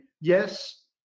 yes